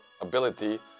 ability